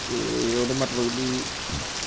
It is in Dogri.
ते ओह्दा मतबल कि